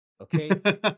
Okay